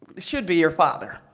should be your father.